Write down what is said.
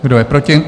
Kdo je proti?